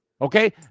Okay